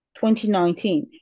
2019